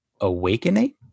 Awakening